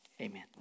Amen